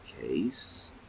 case